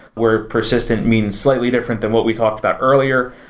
where persistent means slightly different than what we talked about earlier.